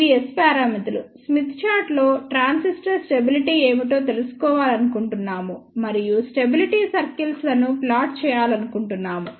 ఇవి S పారామితులు Smith చార్టులో ట్రాన్సిస్టర్ స్టెబిలిటీ ఏమిటో తెలుసుకోవాలనుకుంటున్నాము మరియు స్టెబిలిటీ సర్కిల్స్ లను ప్లాట్ చేయాలనుకుంటూన్నాము